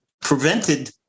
prevented